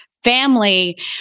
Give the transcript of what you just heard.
family